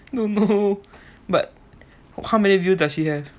don't know but how many views does she have